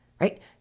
right